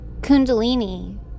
Kundalini